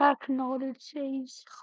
technologies